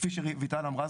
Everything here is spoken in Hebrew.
כפי שרויטל אמרה,